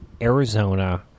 Arizona